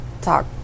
talk